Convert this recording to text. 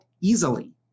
easily